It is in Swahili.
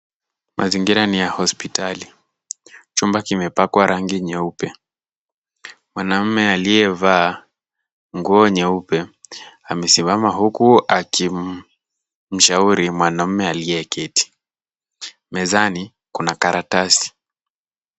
Mazingira ni ya hospitali, chumba kimepakwa rangi nyeupe. Mwanamume aliyevaa nguo nyeupe amesimama huku akimshauri mwanamume aliyeketi, mezani kuna karatasi.